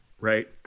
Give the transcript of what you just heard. Right